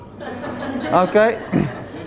okay